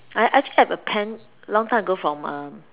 I I think I have a pen long time ago from um